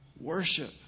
Worship